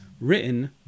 written